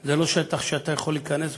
זה לא שטח שאתה יכול להיכנס בו,